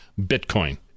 Bitcoin